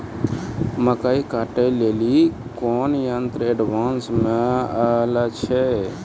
मकई कांटे ले ली कोनो यंत्र एडवांस मे अल छ?